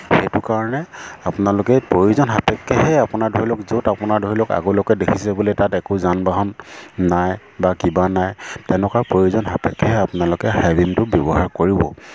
সেইটো কাৰণে আপোনালোকে প্ৰয়োজন সাপেক্ষেহে আপোনাৰ ধৰি লওক য'ত আপোনাৰ ধৰি লওক আগলৈকে দেখিছে বোলে তাত একো যান বাহন নাই বা কিবা নাই তেনেকুৱা প্ৰয়োজন সাপেক্ষেহে আপোনালোকে হাই বিমটো ব্যৱহাৰ কৰিব